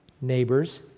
neighbors